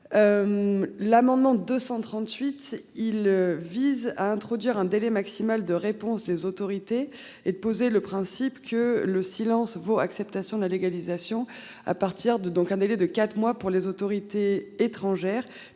L'amendement 238, il vise à introduire un délai maximal de réponse des autorités et de poser le principe que le silence vaut acceptation de la légalisation. À partir de, donc un délai de 4 mois pour les autorités étrangères